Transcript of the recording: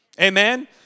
Amen